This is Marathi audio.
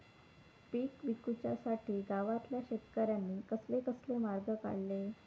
पीक विकुच्यासाठी गावातल्या शेतकऱ्यांनी कसले कसले मार्ग काढले?